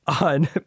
on